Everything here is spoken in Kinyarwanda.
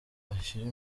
ashyira